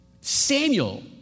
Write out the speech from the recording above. Samuel